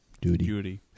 Duty